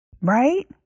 Right